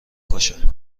کشه